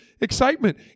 excitement